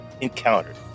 encountered